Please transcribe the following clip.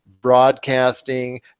broadcasting